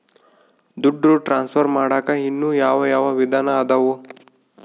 ದುಡ್ಡು ಟ್ರಾನ್ಸ್ಫರ್ ಮಾಡಾಕ ಇನ್ನೂ ಯಾವ ಯಾವ ವಿಧಾನ ಅದವು?